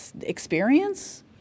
experience